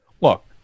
Look